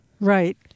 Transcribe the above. right